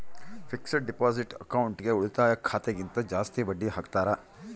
fixed deposit ಅಕೌಂಟ್ಗೆ ಉಳಿತಾಯ ಖಾತೆ ಗಿಂತ ಜಾಸ್ತಿ ಬಡ್ಡಿ ಹಾಕ್ತಾರ